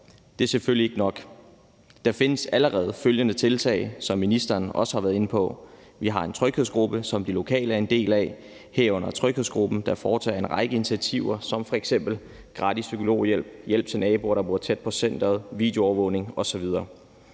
Det er selvfølgelig ikke nok. Der findes allerede følgende tiltag, som ministeren også har været inde på. Vi har en tryghedsgruppe, som de lokale er en del af, herunder tryghedsgruppen, der tager en række initiativer som f.eks. gratis psykologhjælp, hjælp til naboer, der bor tæt på centeret, videoovervågning osv.